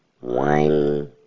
one